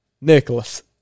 Nicholas